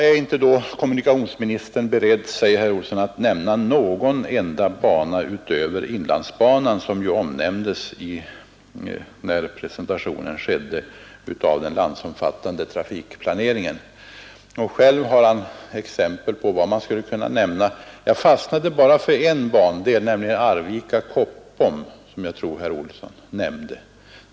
Är inte då kommunikationsministern beredd, säger herr Olsson, att nämna någon enda bana utöver inlandsbanan som ju omnämndes, när presentationen skedde av den landsomfattande trafikplaneringen? Själv har han exempel på vad man skulle kunna nämna. Jag fastnade bara för en bandel, nämligen Arvika—Koppom, som jag tror herr Olsson nämnde.